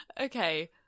Okay